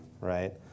right